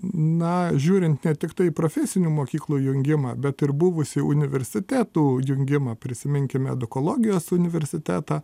na žiūrint tiktai profesinių mokyklų jungimą bet ir buvusį universitetų jungimą prisiminkime edukologijos universitetą